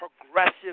progressive